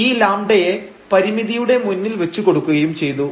ഈ λ യെ പരിമിതിയുടെ മുന്നിൽ വച്ചു കൊടുക്കുകയും ചെയ്തു